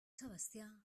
sebastià